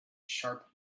sharp